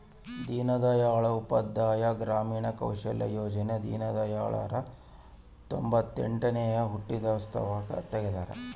ದೀನ್ ದಯಾಳ್ ಉಪಾಧ್ಯಾಯ ಗ್ರಾಮೀಣ ಕೌಶಲ್ಯ ಯೋಜನೆ ದೀನ್ದಯಾಳ್ ರ ತೊಂಬೊತ್ತೆಂಟನೇ ಹುಟ್ಟಿದ ದಿವ್ಸಕ್ ತೆಗ್ದರ